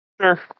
Sure